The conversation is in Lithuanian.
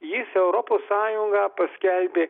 jis europos sąjungą paskelbė